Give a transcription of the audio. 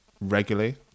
Regularly